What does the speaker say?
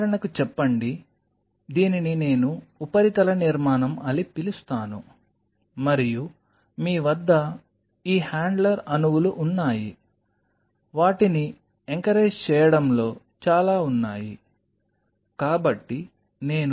ఉదాహరణకు చెప్పండి దీనిని నేను ఉపరితల నిర్మాణం అని పిలుస్తాను మరియు మీ వద్ద ఈ హ్యాండ్లర్ అణువులు ఉన్నాయి వాటిని ఎంకరేజ్ చేయడంలో చాలా ఉన్నాయి